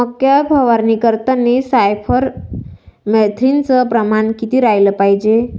मक्यावर फवारनी करतांनी सायफर मेथ्रीनचं प्रमान किती रायलं पायजे?